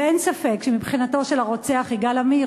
אין ספק שמבחינתו של הרוצח יגאל עמיר